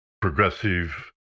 progressive